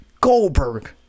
Goldberg